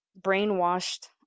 brainwashed